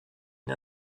une